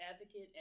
advocate